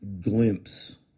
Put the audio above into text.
glimpse